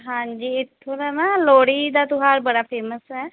ਹਾਂਜੀ ਇੱਥੋਂ ਦਾ ਮੈਮ ਲੋਹੜੀ ਦਾ ਤਿਉਹਾਰ ਬੜਾ ਫੇਮਸ ਹੈ